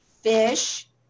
fish